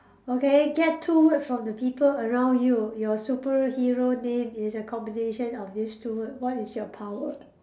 okay get two words from the people around you your superhero name is a combination of these two word what is your power